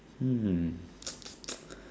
um